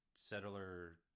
settler